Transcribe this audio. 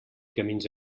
camins